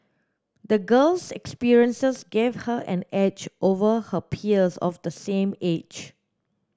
the girl's experiences gave her an edge over her peers of the same age